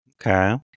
Okay